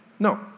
No